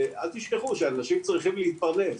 אל תשכחו שאנשים צריכים להתפרנס.